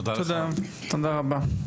תודה רבה.